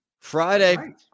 Friday